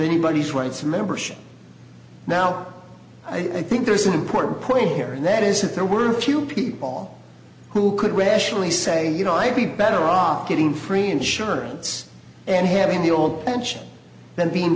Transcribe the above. anybody's rights membership now i think there's an important point here and that is that there were a few people who could read only say you know i'd be better off getting free insurance and having the old pension then being